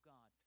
God